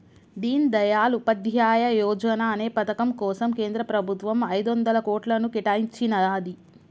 దీన్ దయాళ్ ఉపాధ్యాయ యోజనా అనే పథకం కోసం కేంద్ర ప్రభుత్వం ఐదొందల కోట్లను కేటాయించినాది